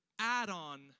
add-on